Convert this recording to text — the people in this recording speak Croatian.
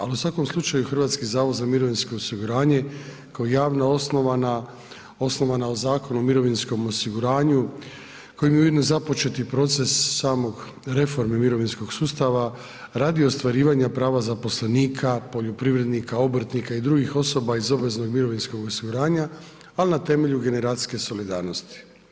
Ali u svakom slučaju HZMO kao javna osnovana Zakonom o mirovinskom osiguranju kojim je ujedno i započeti proces same reforme mirovinskog sustava radi ostvarivanja prava zaposlenika, poljoprivrednika, obrtnika i drugih osoba iz obveznog mirovinskog osiguranja ali na temelju generacijske solidarnosti.